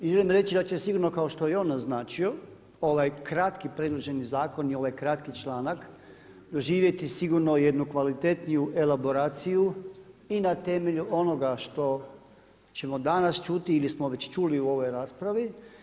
I želim reći da će sigurno kao što je i on naznačio ovaj kratki predloženi zakon i ovaj kratki članak doživjeti sigurno jednu kvalitetniju elaboraciju i na temelju onoga što ćemo danas čuti ili smo već čuli u ovoj raspravi.